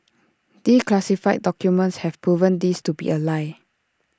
declassified documents have proven this to be A lie